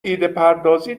ایدهپردازی